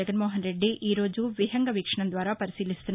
జగన్మోహన్రెడ్డి ఈరోజు విహంగ వీక్షణం ద్వారా పరిశీలిస్తున్నారు